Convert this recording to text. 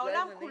העולם כולו,